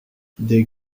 des